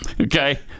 Okay